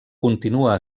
continua